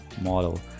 model